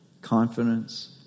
Confidence